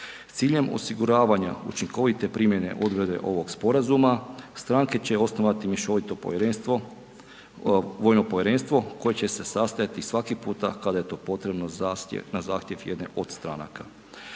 ciljem osiguravanja učinkovite primjene odredbe ovog sporazuma stranke će osnovati mješovito povjerenstvo, vojno povjerenstvo koje će se sastajati svaki puta kada je to potrebno za .../Govornik